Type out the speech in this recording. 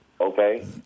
okay